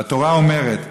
והתורה אומרת: